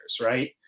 Right